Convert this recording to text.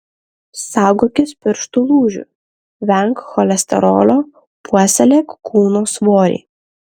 saugokis pirštų lūžių venk cholesterolio puoselėk kūno svorį